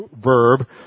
verb